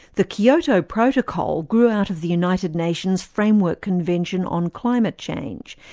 the kyoto protocol grew out of the united nations framework convention on climate change,